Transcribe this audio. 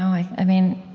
i mean,